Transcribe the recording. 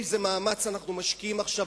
איזה מאמץ אנחנו משקיעים עכשיו,